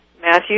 Matthew